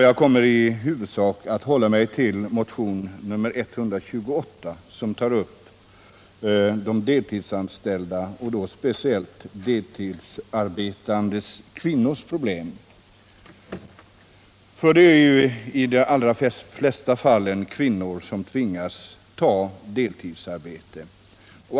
Jag kommer i huvudsak att hålla mig till motionen 128, som tar upp deltidsanställdas och då speciellt deltidsarbetande kvinnors problem för det är i de allra flesta fallen kvinnor som tvingas ta deltidsarbete.